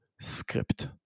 script